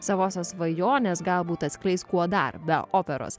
savosios svajonės galbūt atskleis kuo dar be operos